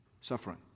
suffering